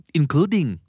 including